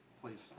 please